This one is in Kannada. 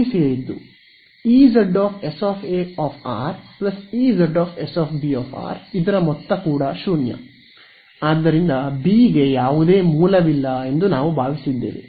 R∈B ಗಾಗಿ Ez s A Ez s B 0 ಆದ್ದರಿಂದ ಬಿ ಗೆ ಯಾವುದೇ ಮೂಲವಿಲ್ಲ ಎಂದು ನಾವು ಭಾವಿಸಿದ್ದೇವೆ